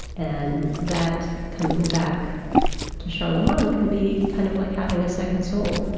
and that coming back to charlemagne can be kind of like having a second soul,